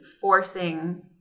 forcing